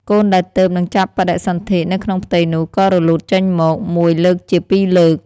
កូនដែលទើបនឹងចាប់បដិសន្ធិនៅក្នុងផ្ទៃនោះ ក៏រលូតចេញមក មួយលើកជា ពីរលើក។